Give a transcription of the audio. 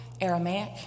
Aramaic